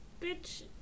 bitch